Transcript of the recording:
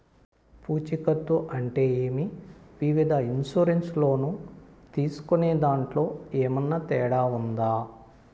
పూచికత్తు అంటే ఏమి? వివిధ ఇన్సూరెన్సు లోను తీసుకునేదాంట్లో ఏమన్నా తేడా ఉందా?